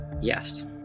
Yes